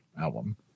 album